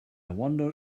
wonder